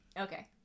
okay